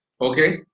okay